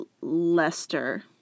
Lester